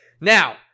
Now